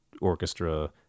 orchestra